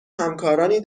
همکارانی